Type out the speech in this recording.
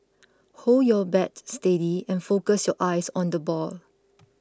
hold your bat steady and focus your eyes on the ball